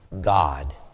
God